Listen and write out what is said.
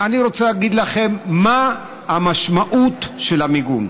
אני רוצה להגיד לכם מה המשמעות של המיגון,